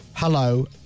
Hello